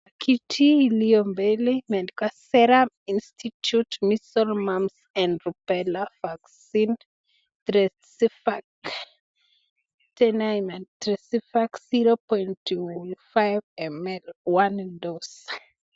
Kiti iliyo mbele imeandikwa serum institute Measles Mumps and Rubella Vaccine tresifac 0.25ml one dose .